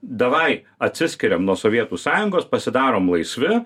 davai atsiskiriam nuo sovietų sąjungos pasidarom laisvi